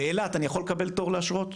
באילת אני יכול לקבל תור לאשרות?